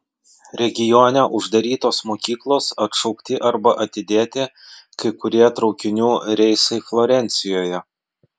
regione uždarytos mokyklos atšaukti arba atidėti kai kurie traukinių reisai florencijoje